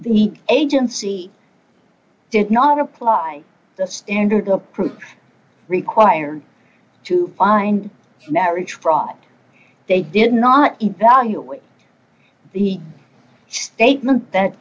the agency did not apply the standard of proof required to find marriage fraud they did not evaluate the statement that